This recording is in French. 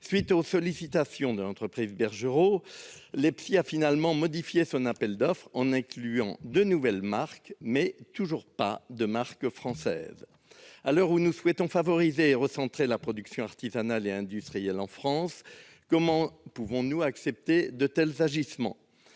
suite des sollicitations de Bergerault Percussions, cet EPCI a finalement modifié son appel d'offres en incluant de nouvelles marques, mais toujours sans citer les principales marques françaises. À l'heure où nous souhaitons favoriser et recentrer la production artisanale et industrielle en France, comment pouvons-nous accepter de tels agissements ?